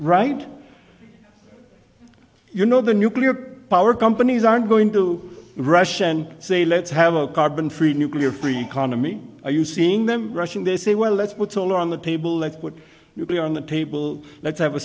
right you know the nuclear power companies aren't going to rush and say let's have a carbon free nuclear free economy are you seeing them rushing this is a well let's put it all on the table that would be on the table let's have a